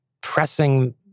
pressing